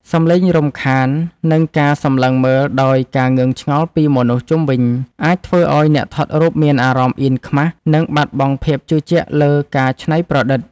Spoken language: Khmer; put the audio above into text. សំឡេងរំខាន និងការសម្លឹងមើលដោយការងឿងឆ្ងល់ពីមនុស្សជុំវិញ អាចធ្វើឱ្យអ្នកថតរូបមានអារម្មណ៍អៀនខ្មាស និងបាត់បង់ភាពជឿជាក់លើការច្នៃប្រឌិត។